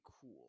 cool